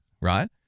right